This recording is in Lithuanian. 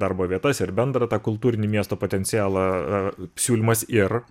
darbo vietas ir bendrą tą kultūrinį miesto potencialą ar siūlymas ir